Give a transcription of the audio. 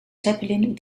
zeppelin